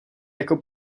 jako